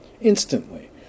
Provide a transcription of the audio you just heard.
Instantly